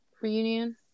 reunion